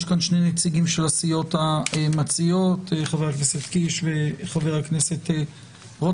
יש כאן שני נציגים של הסיעות המציעות: חבר הכנסת קיש וחבר הכנסת רוטמן.